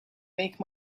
make